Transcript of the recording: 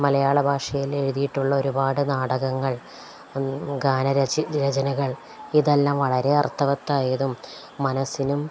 മലയാള ഭാഷയിൽ എഴുതിയിട്ടുള്ള ഒരുപാട് നാടകങ്ങൾ ഗാന രചന രചനകൾ ഇതെല്ലാം വളരെ അർത്ഥവത്തായതും മനസ്സിനും